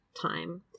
time